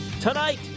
tonight